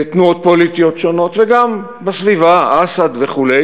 תנועות פוליטיות שונות, וגם בסביבה, אסד וכו'